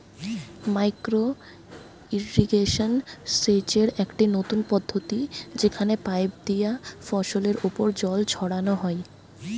micro irrigation সেচের একটি নতুন পদ্ধতি যেখানে পাইপ দিয়া ফসলের ওপর জল ছড়ানো হয়